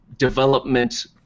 Development